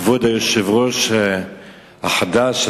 כבוד היושב-ראש החדש,